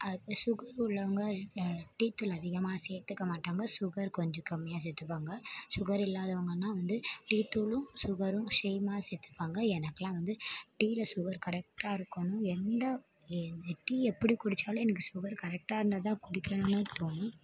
sugar உள்ளவங்க டீத்தூள் அதிகமாக சேர்த்துக்க மாட்டாங்க சுகர் கொஞ்சம் கம்மியாக சேர்த்துப்பாங்க சுகர் இல்லாதவங்கனால் வந்து டீத்தூளும் சுகரும் ஷேமாக சேர்த்துப்பாங்க எனக்கெலாம் வந்து டீயில் வந்து சுகர் கரெக்ட்டாக இருக்கணும் எந்த டீ எப்படி குடித்தாலும் எனக்கு டீயில் சுகர் கரெக்டாக இருந்தால்தான் குடிக்கணும்னே தோணும்